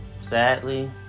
sadly